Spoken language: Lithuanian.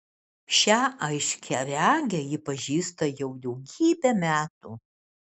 šią aiškiaregę ji pažįsta jau daugybę metų